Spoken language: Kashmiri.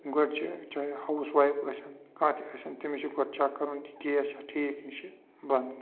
گۄڈ چھِ چاہے ہاوُس وایِف ٲسِن کانٛہہ تہِ ٲسِن تٔمِس چھُ گۄڈٕ چیک کَرُن کہِ گیس چھےٚ ٹھیٖک کِنہٕ یہِ چھُ بَنٛد